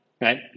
right